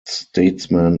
statesman